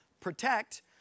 protect